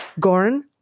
Goran